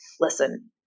listen